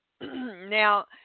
Now